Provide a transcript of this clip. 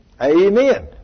Amen